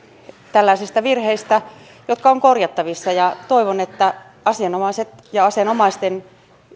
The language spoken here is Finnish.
tällaisista virheistä jotka ovat korjattavissa toivon että asianomaiset ja asianomaisten